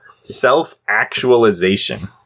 self-actualization